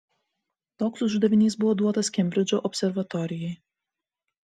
toks uždavinys buvo duotas kembridžo observatorijai